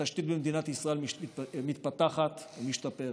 התשתית במדינת ישראל מתפתחת ומשתפרת,